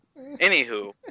anywho